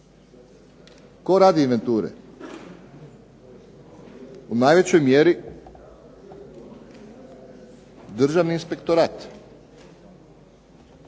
Tko radi inventure? Po najvećoj mjeri državi inspektorat.